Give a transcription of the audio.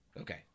Okay